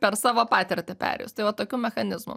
per savo patirtį perėjus tai va tokiu mechanizmu